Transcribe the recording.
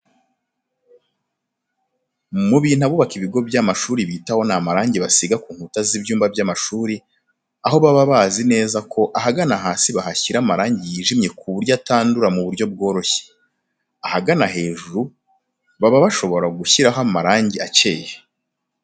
Mu bintu abubaka ibigo by'amashuri bitaho ni amarange basiga ku nkuta z'ibyumba by'amashuri, aho baba babizi neza ko ahagana hasi bahashyira amarange yijimye ku buryo atandura mu buryo bworoshye. Ahagana hejuru ho baba bashobora gushyiraho amarange akeye.